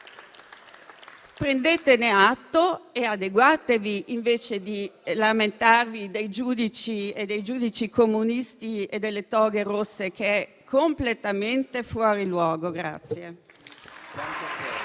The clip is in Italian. Prendetene atto e adeguatevi, invece di lamentarvi dei giudici comunisti e delle toghe rosse, che è completamente fuori luogo.